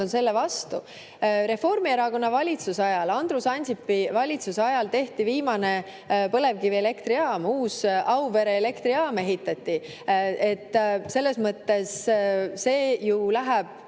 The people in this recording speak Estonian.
on põlevkivi vastu. Reformierakonna valitsuse ajal, Andrus Ansipi valitsuse ajal tehti viimane põlevkivielektrijaam, uus Auvere elektrijaam ehitati. Selles mõttes meie